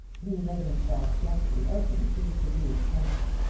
he laid himself justly open to severe censure.